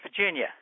Virginia